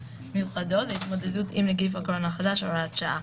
מיוחדות להתמודדות עם נגיף הקורונה החדש (הוראת שעה),